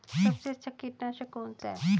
सबसे अच्छा कीटनाशक कौन सा है?